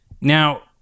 Now